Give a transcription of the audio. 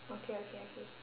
okay okay okay